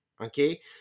okay